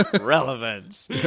relevance